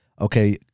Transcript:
Okay